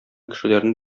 кешеләрне